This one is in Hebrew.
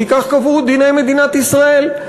כי כך קבעו דיני מדינת ישראל.